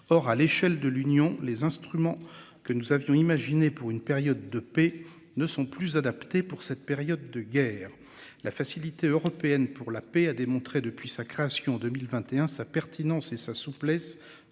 Or, à l'échelle de l'Union les instruments que nous avions imaginé pour une période de paix ne sont plus adaptées pour cette période de guerre la Facilité européenne pour la paix a démontré depuis sa création 2021 sa pertinence et sa souplesse